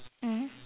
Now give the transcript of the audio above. mmhmm